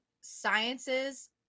sciences